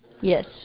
Yes